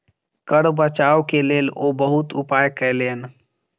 कर बचाव के लेल ओ बहुत उपाय कयलैन